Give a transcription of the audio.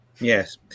yes